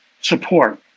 support